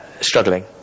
struggling